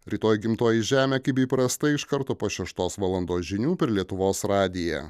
rytoj gimtoji žemė kaip įprastai iš karto po šeštos valandos žinių per lietuvos radiją